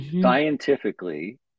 scientifically